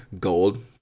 gold